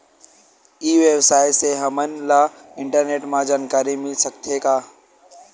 ई व्यवसाय से हमन ला इंटरनेट मा जानकारी मिल सकथे का?